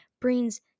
brings